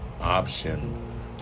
option